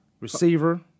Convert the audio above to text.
Receiver